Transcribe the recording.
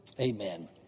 amen